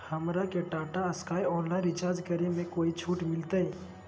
हमरा के Tata Sky online recharge करे में कोई छूट मिलतई